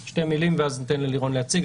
אז שתי מילים ואז אתן ללירון להציג.